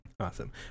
awesome